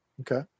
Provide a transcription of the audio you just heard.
Okay